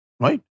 Right